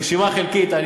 רשימה חלקית.